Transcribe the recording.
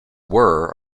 were